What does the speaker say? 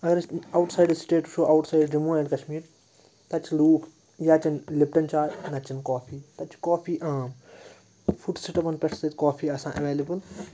اگر أسۍ outside state وُچھو outside Jammu and Kashmir تَتہِ چھِ لوٗکھ یا چَیٚن لِپٹَن چاے نَہ تہٕ چَیٚن کۄافی تَتہِ چھِ کۄافی عام فوٹ سِٹیٚپَن پٮ۪ٹھ چھِ تَتہِ کۄافی آسان ایٚویلیبٕل